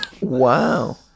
wow